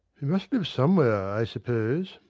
he must live somewhere, i suppose.